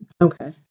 Okay